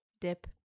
Dip